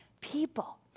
people